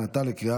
להלן תוצאות